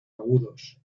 agudos